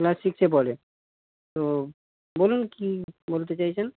class সিক্সে পড়ে তো বলুন কী বলতে চাইছেন